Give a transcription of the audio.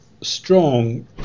strong